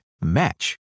match